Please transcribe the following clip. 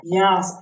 yes